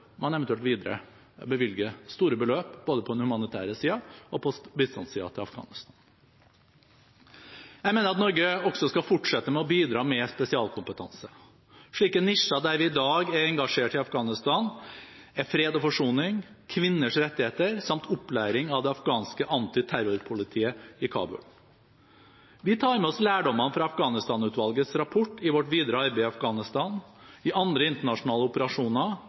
man eventuelt videre bevilger store beløp til Afghanistan, både på den humanitære siden og på bistandssiden. Jeg mener at Norge også skal fortsette med å bidra med spesialkompetanse. Slike nisjer, der vi i dag er engasjert i Afghanistan, er fred og forsoning, kvinners rettigheter samt opplæring av det afghanske anti-terrorpolitiet i Kabul. Vi tar med oss lærdommene fra Afghanistan-utvalgets rapport i vårt videre arbeid i Afghanistan, i andre internasjonale operasjoner